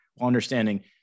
Understanding